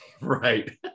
Right